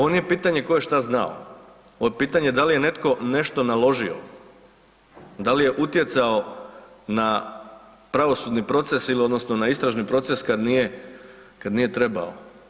Ovo nije pitanje tko je šta znao, ovo je pitanje da li netko nešto naložio, da li je utjecao na pravosudni proces ili odnosno na istražni proces kad nije trebalo.